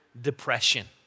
depression